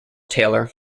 taylor